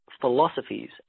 philosophies